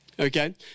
Okay